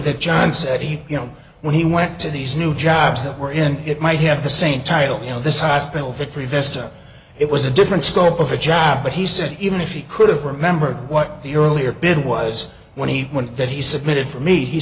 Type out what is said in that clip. he you know when he went to these new jobs that were in it might have the same title you know this hospital victory vest or it was a different scope of a job but he said even if he could have remembered what the earlier bid was twenty one that he submitted for me he